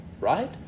right